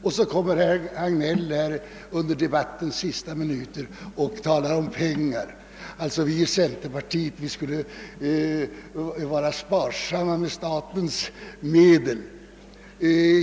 Sedan kommer herr Hagnell, under debattens sista minuter, och talar om pengar. Vi i centerpartiet borde enligt hans mening vara sparsamma med statens medel.